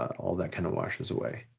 all that kinda washes away.